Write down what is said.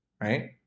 right